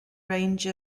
range